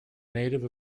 native